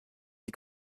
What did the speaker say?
die